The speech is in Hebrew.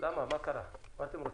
מה אתם רוצים?